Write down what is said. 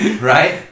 Right